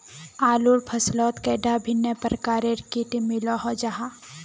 आलूर फसलोत कैडा भिन्न प्रकारेर किट मिलोहो जाहा?